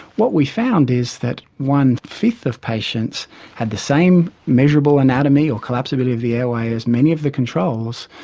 what we found is that one-fifth of patients had the same measurable anatomy or collapsibility of the airway as many of the controls,